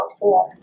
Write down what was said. four